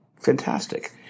Fantastic